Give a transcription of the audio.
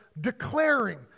declaring